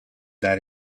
that